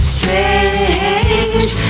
Strange